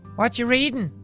whatcha reading?